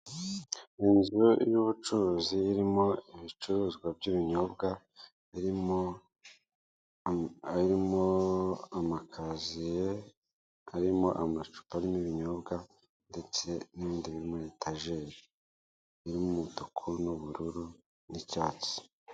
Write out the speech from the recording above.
Ni inzu y'ubucuruzi irimo ibicuruzwa by'ibinyobwa, harimo amakaziye arimo amacupa arimo n'ibinyobwa ndetse n'ibindi biri muri etageri y'umutuku n'ubururu n'icyatsi.